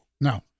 No